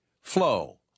Flow